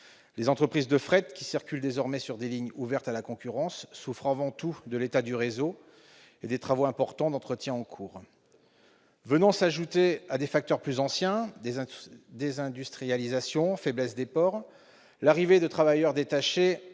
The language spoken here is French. Les entreprises de fret qui empruntent désormais des lignes ouvertes à la concurrence souffrent avant tout de l'état du réseau et des travaux importants d'entretien en cours. Venant s'ajouter à des facteurs plus anciens, comme la désindustrialisation ou la faiblesse des ports, l'arrivée de travailleurs détachés